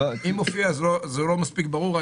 אם מופיע, אז זה לא מספיק ברור.